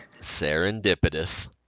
Serendipitous